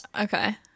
Okay